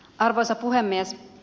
arvoisa puhemies